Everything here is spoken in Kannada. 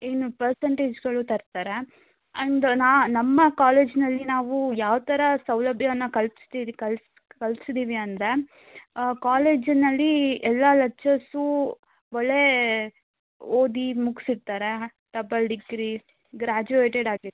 ಇನ್ನು ಪರ್ಸಂಟೇಜ್ಗಳು ತರ್ತಾರೆ ಅಂಡ್ ನಮ್ಮ ಕಾಲೇಜ್ನಲ್ಲಿ ನಾವು ಯಾವ ಥರ ಸೌಲಭ್ಯವನ್ನ ಕಲ್ಪಿಸ್ತೀವಿ ಕಲ್ಸಿದ್ದೀವಿ ಅಂದರೆ ಕಾಲೇಜಿನಲ್ಲಿ ಎಲ್ಲ ಲಚ್ಚರ್ಸೂ ಒಳ್ಳೆಯ ಓದಿ ಮುಗಿಸಿರ್ತಾರೆ ಡಬಲ್ ಡಿಗ್ರಿ ಗ್ರ್ಯಾಜುವೇಟೆಡ್ ಆಗಿರ್ತಾರೆ